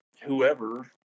whoever